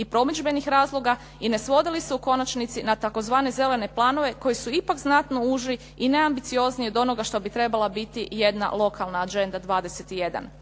i promidžbenih razloga i ne svodi li se u konačnici na tzv. zelene planove koji su ipak znatno uži i neambiciozniji od onoga što bi trebala biti jedna lokalna Agenda 21.